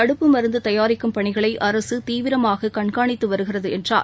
தடுப்பு மருந்து தயாரிக்கும் பணிகளை அரசு தீவிரமாக கண்கானித்து வருகிறது என்றார்